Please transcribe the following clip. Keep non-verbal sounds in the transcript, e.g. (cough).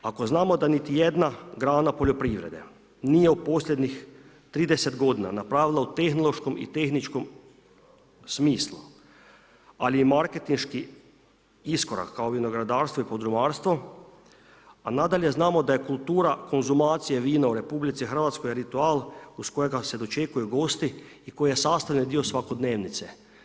Ako znamo da ni jedna grana poljoprivrede, nije u posljednjih 30 g. napravila u tehnološkom i tehničkom smislu, ali je marketinški iskorak kao vinogradarstva i … (unintelligible) a nadalje znamo da je kultura konzumacije vina u RH, ritual uz kojega se dočekuju gosti i koji je sastavni dio svakodnevnice.